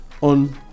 on